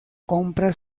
compra